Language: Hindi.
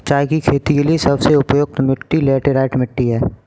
चाय की खेती के लिए सबसे उपयुक्त मिट्टी लैटराइट मिट्टी है